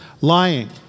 Lying